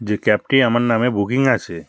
যে ক্যাবটি আমার নামে বুকিং আছে